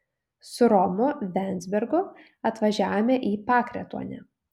su romu venzbergu atvažiavome į pakretuonę